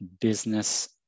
business